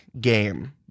game